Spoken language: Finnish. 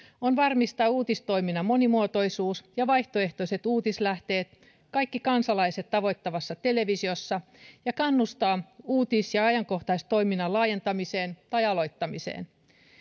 on varmistaa uutistoiminnan monimuotoisuus ja vaihtoehtoiset uutislähteet kaikki kansalaiset tavoittavassa televisiossa ja kannustaa uutis ja ajankohtaistoiminnan laajentamiseen tai aloittamiseen